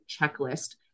checklist